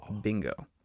Bingo